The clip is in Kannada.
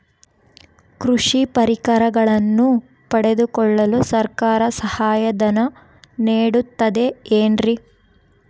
ಕೃಷಿ ಪರಿಕರಗಳನ್ನು ಪಡೆದುಕೊಳ್ಳಲು ಸರ್ಕಾರ ಸಹಾಯಧನ ನೇಡುತ್ತದೆ ಏನ್ರಿ?